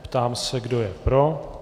Ptám se, kdo je pro.